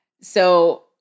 So-